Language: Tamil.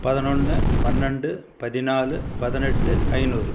பதினொன்று பன்னெரெண்டு பதினாலு பதினெட்டு ஐநூறு